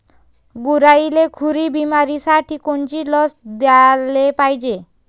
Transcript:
गुरांइले खुरी बिमारीसाठी कोनची लस द्याले पायजे?